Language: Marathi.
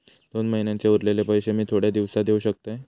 दोन महिन्यांचे उरलेले पैशे मी थोड्या दिवसा देव शकतय?